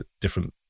different